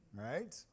right